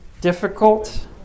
difficult